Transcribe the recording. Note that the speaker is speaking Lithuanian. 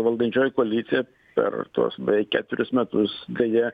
valdančioji koalicija per tuos beveik keturis metus deja